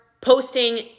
posting